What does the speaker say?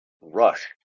Rush